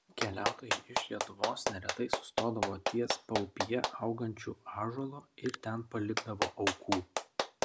keliautojai iš lietuvos neretai sustodavo ties paupyje augančiu ąžuolu ir ten palikdavo aukų